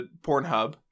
Pornhub